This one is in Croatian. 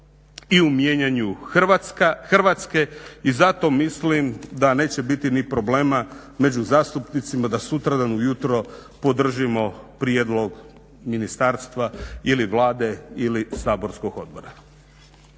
i u mijenjanju Hrvatske i zato mislim da neće biti ni problema među zastupnicima da sutradan ujutro podržimo prijedlog ministarstva ili Vlade ili saborskog odbora.